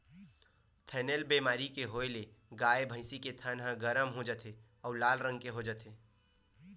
थनैल बेमारी के होए ले गाय, भइसी के थन ह गरम हो जाथे अउ लाल रंग के हो जाथे